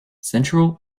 central